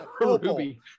Ruby